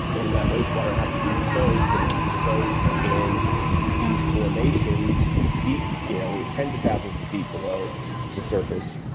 and that wastewater has to be disposed and it's disposed in these formations deep you know tens of thousands of feet below the surface.